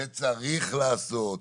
וצריך לעשות,